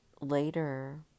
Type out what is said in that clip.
later